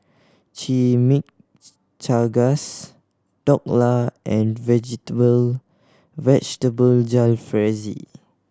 Chimichangas Dhokla and Vegetable Vegetable Jalfrezi